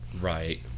Right